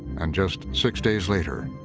and just six days later,